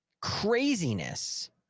craziness